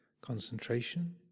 concentration